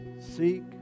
Seek